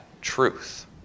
truth